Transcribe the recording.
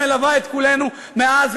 תורת ישראל מלווה את כולנו מאז,